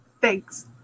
Thanks